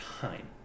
time